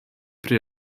pri